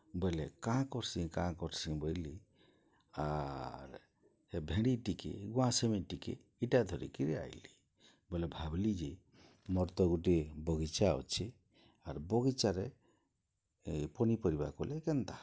ବଏଲେ କାଁ କର୍ସିଁ କାଁ କର୍ସିଁ ବଏଲି ଆର୍ ହେ ଭେଣ୍ଡି ଟିକେ ଗୁଆସେମି ଟିକେ ଇଟା ଧରିକିରି ଆଏଲି ବଏଲେ ଭାବ୍ଲି ଯେ ମୋର୍ ତ ଗୁଟେ ବଗିଚା ଅଛେ ଆର୍ ବଗିଚାରେ ପନିପରିବା କଲେ କେନ୍ତା ହେତା